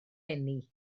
eni